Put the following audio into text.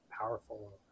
powerful